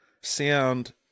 sound